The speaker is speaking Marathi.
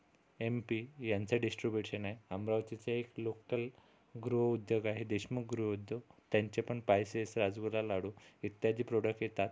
एम पी यांचे डिस्ट्रिब्युशने अमरावतीचे एक लोकल गृहउद्योग आहे देशमुख गृहउद्योग त्यांंचे पण पायसेस राजगुरा लाडू इत्यादी प्रोडक्ट येतात